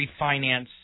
refinance